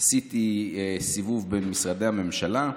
עשיתי סיבוב במשרדי הממשלה,